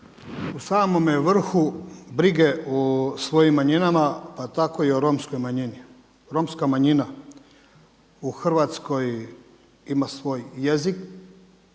u samome vrhu brige o svojim manjinama, pa tako i o romskoj manjini. Romska manjina u Hrvatskoj ima svoj jezik.